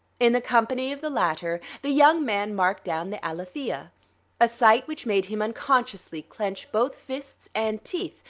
in the company of the latter the young man marked down the alethea a sight which made him unconsciously clench both fists and teeth,